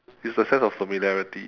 it's the sense of familiarity